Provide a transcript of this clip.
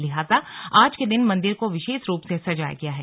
लिहाजा आज के दिन मंदिर को विषेश रूप से सजाया गया है